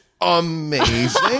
amazing